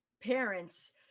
parents